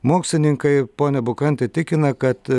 mokslininkai pone bukanti tikina kad